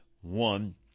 One